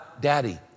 daddy